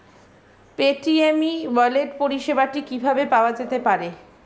Paytm e wallet পরিষেবাটি কিভাবে পাওয়া যেতে পারে?